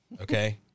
okay